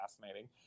fascinating